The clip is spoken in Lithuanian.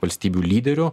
valstybių lyderių